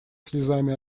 слезами